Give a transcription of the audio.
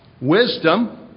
Wisdom